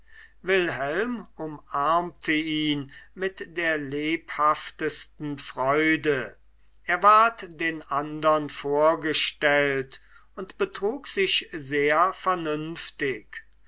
wilhelm umarmte ihn mit der lebhaftesten freude er ward den andern vorgestellt und betrug sich sehr vernünftig